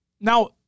now